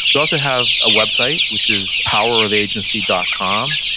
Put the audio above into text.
we also have a website which is powerofagency dot com.